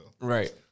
Right